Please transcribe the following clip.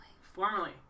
Formerly